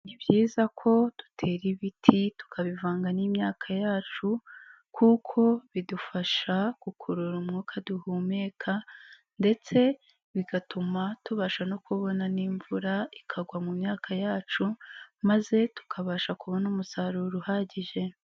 Ni byiza ko dutera ibiti tukabivanga n'imyaka yacu kuko bidufasha gukurura umwuka duhumeka ndetse bigatuma tubasha no kubona n'imvura ikagwa mu myaka yacu maze tukabasha kubona umusaruro uhagije.